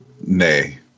nay